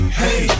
hey